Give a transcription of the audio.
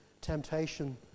temptation